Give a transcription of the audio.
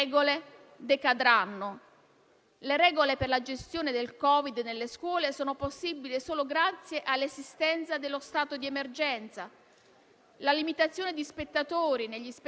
la limitazione di spettatori negli spettacoli dal vivo è possibile solo grazie all'esistenza dello stato di emergenza. Lo *smart working* utilizzato in maniera massiccia,